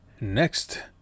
next